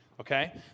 okay